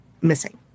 missing